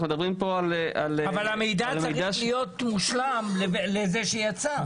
אנחנו מדברים פה על --- אבל המידע צריך להיות מושלם לזה שיצא.